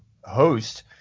host